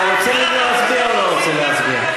אתה רוצה להצביע או לא רוצה להצביע?